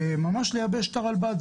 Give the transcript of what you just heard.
ממש לייבש את הרלב"ד.